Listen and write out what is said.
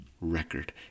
record